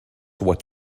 what